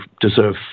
deserve